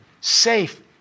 safe